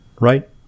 right